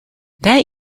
that